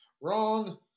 wrong